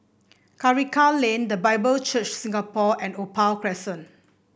Karikal Lane The Bible Church Singapore and Opal Crescent